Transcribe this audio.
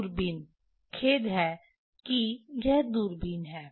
दूरबीन खेद है कि यह दूरबीन है